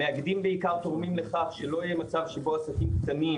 המאגדים בעיקר תורמים לכך שלא יהיה מצב שבו העסקים הקטנים,